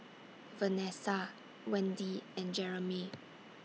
Vanesa Wendy and Jeramy